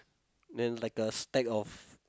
then like a stack of